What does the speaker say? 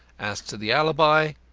as to the alibi,